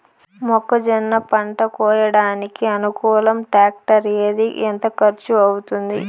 మొక్కజొన్న పంట కోయడానికి అనుకూలం టాక్టర్ ఏది? ఎంత ఖర్చు అవుతుంది?